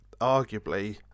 arguably